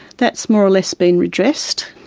that's more or less been redressed.